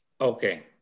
Okay